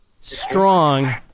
strong